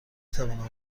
توانم